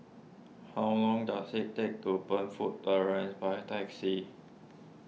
how long does it take to Burnfoot Terrace by taxi